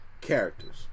characters